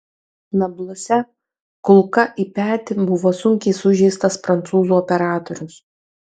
nabluse kulka į petį buvo sunkiai sužeistas prancūzų operatorius